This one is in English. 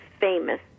famous